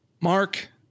Mark